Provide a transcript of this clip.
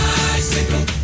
bicycle